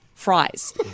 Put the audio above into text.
fries